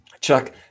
Chuck